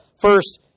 first